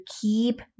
keep